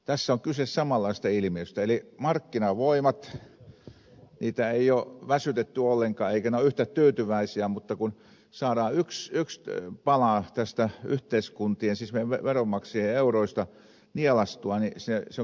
tässä on kyse samanlaisesta ilmiöstä eli markkinavoimia ei ole väsytetty ollenkaan eikä ne ole yhtään tyytyväisiä mutta kun saadaan yksi pala veronmaksajien euroista nielaistua niin se on kyltymätön ahneus